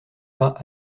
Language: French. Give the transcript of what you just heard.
pas